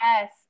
Yes